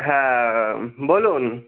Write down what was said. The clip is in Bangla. হ্যাঁ বলুন